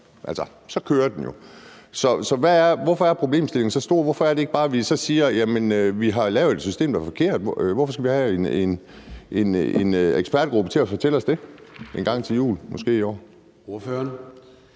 og så kører den jo. Så hvorfor er problemstillingen så stor? Hvorfor siger vi ikke bare, at vi har lavet system, der er forkert? Hvorfor skal vi have en ekspertgruppe til at fortælle os det engang til jul – måske i år? Kl.